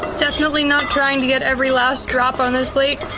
definitely not trying to get every last drop on this plate.